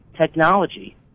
Technology